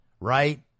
right